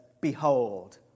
Behold